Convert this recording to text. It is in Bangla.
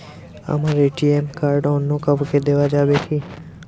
আমার এ.টি.এম কার্ড অন্য কাউকে দেওয়া যাবে কি?